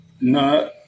no